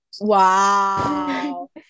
Wow